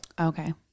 Okay